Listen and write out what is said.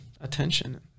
attention